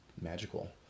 magical